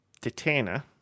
Detainer